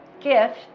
gift